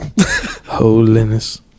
Holiness